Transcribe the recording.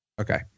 Okay